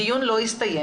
הדיון לא הסתיים,